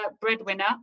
breadwinner